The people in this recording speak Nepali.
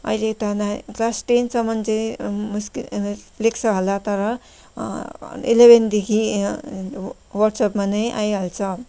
अहिले त क्लास टेनसम्म चाहिँ मुस्किल लेख्छ होला तर इलेभेनदेखि वाट्सएपमा नै आइहाल्छ